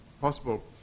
possible